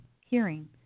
hearing